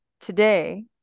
today